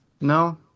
No